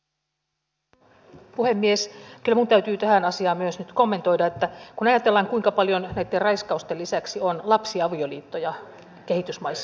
kyllä minun täytyy tähän asiaan myös nyt kommentoida kun ajatellaan kuinka paljon näitten raiskausten lisäksi on lapsiavioliittoja kehitysmaissa